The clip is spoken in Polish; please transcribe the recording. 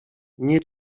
nie